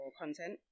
content